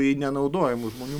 į nenaudojamų žmonių